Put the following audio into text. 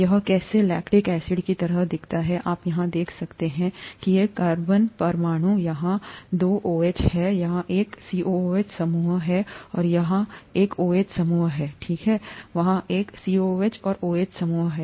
यह कैसे lactic acid की तरह दिखता है आप यहां देखते हैं कि ये कार्बन परमाणु हैं यहां यहाँ दो OH हैं यह यहाँ एक COOH समूह है और यह यहाँ एक OH समूह है ठीक है वहाँ यह एक COOH और OH समूह है